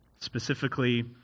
specifically